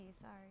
sorry